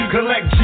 Collect